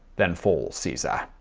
then fall, caesar!